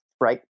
right